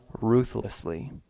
ruthlessly